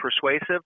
persuasive